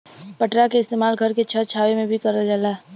पटरा के इस्तेमाल घर के छत छावे में भी करल जाला